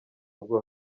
bwo